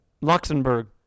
Luxembourg